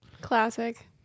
classic